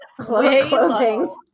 clothing